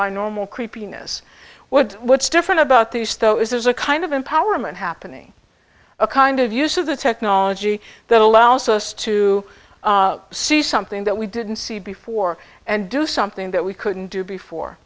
my normal creepiness what what's different about this though is there's a kind of empowerment happening a kind of use of the technology that allows us to see something that we didn't see before and do something that we couldn't do before